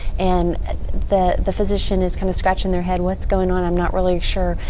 and and the the physician is kind of scratching their head, what's going on? i'm not really sure.